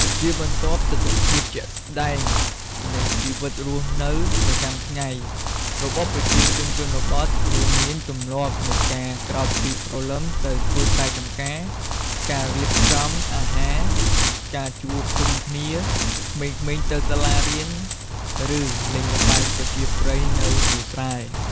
ជាបន្ទាប់ ទិដ្ឋភាពជាក់ស្តែងនៃជីវិតរស់នៅប្រចាំថ្ងៃ របស់ប្រជាជនជនបទ រួមមានទម្លាប់នៃការក្រោកពីព្រលឹមទៅធ្វើស្រែចម្ការ ការរៀបចំអាហារ ការជួបជុំគ្នា ក្មេងៗទៅសាលារៀន ឬលេងល្បែងប្រជាប្រិយនៅវាលស្រែ។